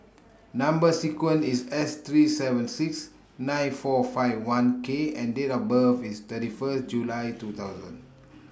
Number sequence IS S three seven six nine four five one K and Date of birth IS thirty First July two thousand